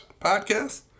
podcast